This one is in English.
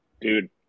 Dude